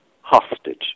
hostage